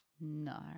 no